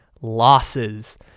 losses